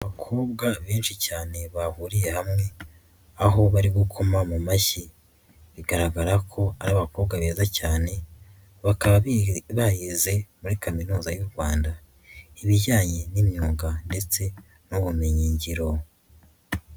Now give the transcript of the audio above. Abakobwa benshi cyane bahuriye hamwe, aho bari gukoma mu mashyi, bigaragara ko ari abakobwa beza cyane, bakaba barize muri kaminuza y'u Rwanda, ibijyanye n'imyuga ndetse n'ubumenyingiro.